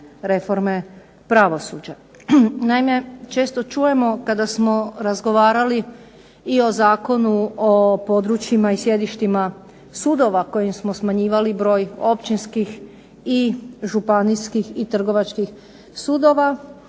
reforme pravosuđa. Naime, često čujemo kada smo razgovarali i o Zakonu o područjima i sjedištima sudova kojim smo smanjivali broj općinskih i županijskih i trgovačkih sudova